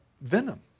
venom